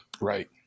right